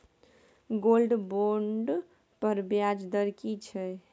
Gold bond पर ब्याज दर की छै?